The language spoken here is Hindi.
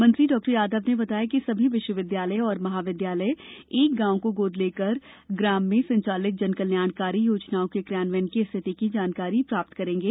मंत्री डॉ यादव ने बताया कि सभी विश्वविद्यालय और महाविद्यालय एक ग्राम को गोद लेकर ग्राम में संचालित कल्याणकारी योजनाओं के क्रियान्वयन की स्थिति की जानकारी प्राप्त करेंगे